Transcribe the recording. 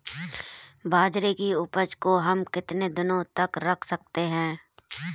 बाजरे की उपज को हम कितने दिनों तक रख सकते हैं?